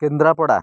Kendrapara